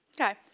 Okay